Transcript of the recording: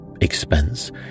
Expense